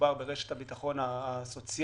מדובר ברשת ביטחון סוציאלית,